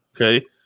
Okay